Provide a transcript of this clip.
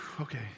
okay